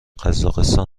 قزاقستان